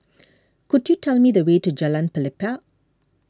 could you tell me the way to Jalan Pelepah